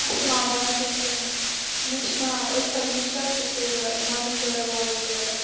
السلامُ علیکُم مےٚ چھُ ناو اُلفت مُشتاق بہٕ چھَس روزان بانٛڈی پوٗرا لَوے پوٗرا